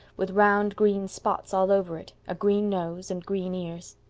with round green spots all over it, a green nose and green ears.